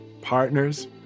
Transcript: partners